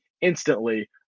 instantly